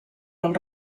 del